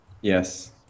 Yes